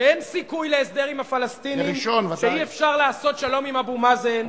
שאין סיכוי להסדר עם הפלסטינים ואי-אפשר לעשות שלום עם אבו מאזן,